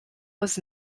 was